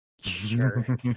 Sure